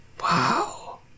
Wow